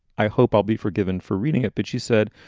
i hope i'll be forgiven for reading it. but she said,